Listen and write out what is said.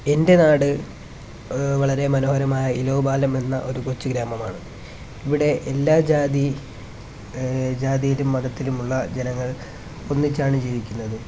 എന്റെ നാട് വളരെ മനോഹരമായ ഇലോബാലം എന്ന ഒരു കൊച്ചു ഗ്രാമമാണ് ഇവിടെ എല്ലാ ജാതി ജാതിയിലും മതത്തിലുമുള്ള ജനങ്ങള് ഒന്നിച്ചാണ് ജീവിക്കുന്നത്